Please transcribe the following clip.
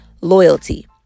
loyalty